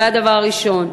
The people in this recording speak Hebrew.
זה הדבר הראשון.